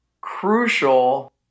crucial